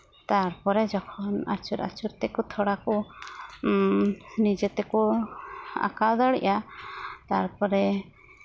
ᱛᱟᱨᱯᱚᱨᱮ ᱡᱚᱠᱷᱚᱱ ᱟᱹᱪᱩᱨ ᱟᱹᱪᱩᱨ ᱛᱮᱠᱚ ᱛᱷᱚᱲᱟ ᱠᱚ ᱱᱤᱡᱮ ᱛᱮᱠᱚ ᱟᱸᱠᱟᱣ ᱫᱟᱲᱮᱭᱟᱜᱼᱟ ᱛᱟᱨᱯᱚᱨᱮ